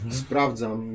sprawdzam